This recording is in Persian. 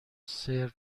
سرو